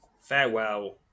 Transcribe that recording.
farewell